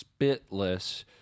spitless